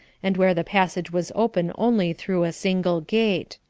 and where the passage was open only through a single gate.